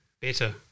better